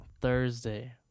Thursday